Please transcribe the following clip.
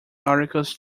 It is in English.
articles